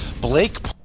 Blake